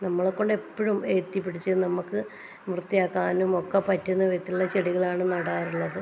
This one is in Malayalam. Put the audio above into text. നമ്മളെക്കൊണ്ട് എപ്പോഴും എത്തിപ്പിടിച്ച് നമുക്ക് വൃത്തിയാക്കാനും ഒക്കെ പറ്റുന്ന വിധത്തിലുള്ള ചെടികളാണ് നടാറുള്ളത്